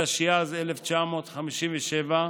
התשי"ז 1957,